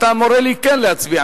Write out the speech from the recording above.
אתה מורה לי כן להצביע,